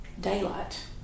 daylight